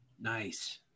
Nice